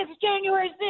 January